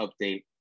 update